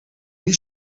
niet